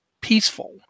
peaceful